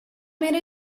made